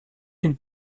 den